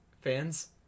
Fans